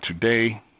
today